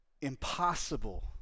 impossible